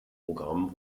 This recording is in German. programm